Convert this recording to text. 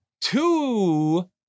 Two